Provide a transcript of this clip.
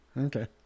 Okay